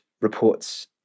reports